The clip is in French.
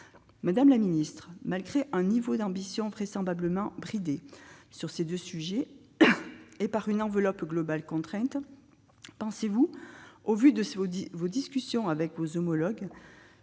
Madame la secrétaire d'État, malgré une ambition vraisemblablement bridée, sur ces deux sujets, par une enveloppe globale contrainte, pensez-vous, au vu de vos discussions avec vos homologues,